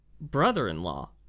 brother-in-law